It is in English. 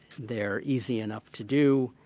they're easy enough to do.